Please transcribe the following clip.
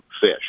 fish